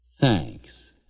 Thanks